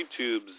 YouTubes